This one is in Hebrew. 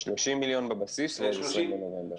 30 מיליון שקלים בבסיס ועוד 20 מיליון בנובמבר.